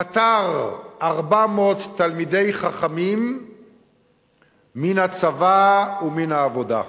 פטר 400 תלמידי חכמים מן הצבא ומן העבודה.